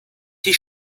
die